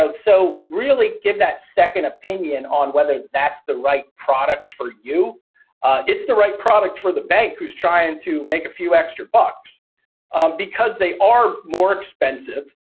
so really give that second opinion on whether that's the right product for you it's the right product for the bank who's trying to make a few extra bucks because they are more expensive,